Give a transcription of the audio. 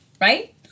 Right